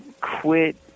quit